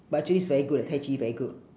but actually it's very good tai chi very good